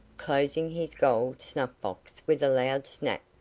closing his gold snuff-box with a loud snap.